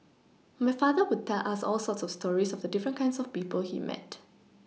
my father would tell us all sorts of stories of the different kinds of people he met